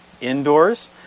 indoors